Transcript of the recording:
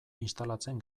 instalatzen